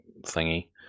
thingy